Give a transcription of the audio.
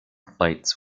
flights